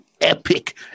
epic